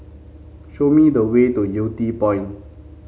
show me the way to Yew Tee Point